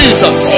Jesus